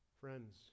Friends